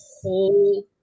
whole